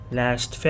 last